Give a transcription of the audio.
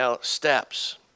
steps